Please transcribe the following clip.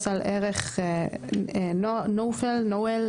על הערך No Observed Adverse Effects Level (NOAEL),